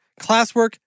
classwork